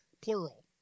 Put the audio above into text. plural